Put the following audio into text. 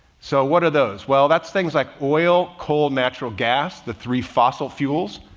so what are those? well that's things like oil, coal, natural gas, the three fossil fuels.